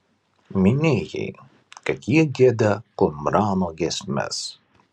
minėjai kad jie gieda kumrano giesmes